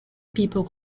people